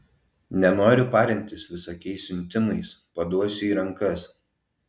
nenoriu parintis su visokiais siuntimais paduosiu į rankas